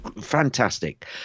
Fantastic